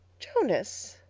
jonas,